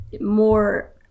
more